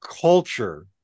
culture